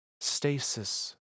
Stasis